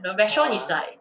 (uh huh)